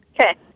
Okay